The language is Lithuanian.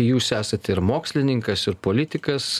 jūs esate ir mokslininkas ir politikas